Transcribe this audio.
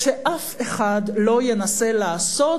שאף אחד לא ינסה לעשות